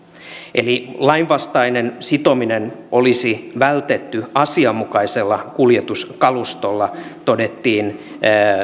lainvastainen sitominen olisi vältetty asianmukaisella kuljetuskalustolla todettiin